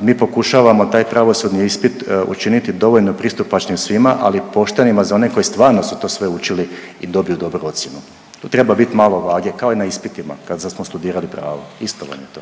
Mi pokušavamo taj pravosudni ispit učiniti dovoljno pristupačnim svima, ali poštenima za one koji stvarno su to sve učili i dobiju dobru ocjenu. Treba bit malo vage kao i na ispitima kada smo studirali pravo, isto vam je to.